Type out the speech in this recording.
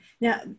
Now